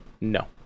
no